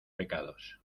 pecados